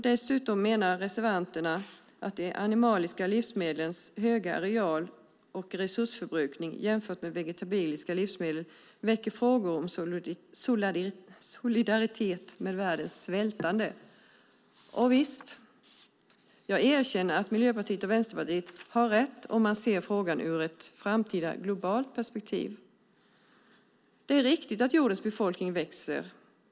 Dessutom menar reservanterna att de animaliska livsmedlens höga areal och resursförbrukning jämfört med vegetabiliska livsmedel väcker frågor om solidaritet med världens svältande. Jag erkänner att Miljöpartiet och Vänsterpartiet har rätt om man ser frågan ur ett framtida globalt perspektiv. Det är riktigt att jordens befolkning växer.